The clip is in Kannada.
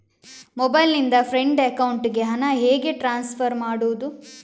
ಮೊಬೈಲ್ ನಿಂದ ಫ್ರೆಂಡ್ ಅಕೌಂಟಿಗೆ ಹಣ ಹೇಗೆ ಟ್ರಾನ್ಸ್ಫರ್ ಮಾಡುವುದು?